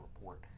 report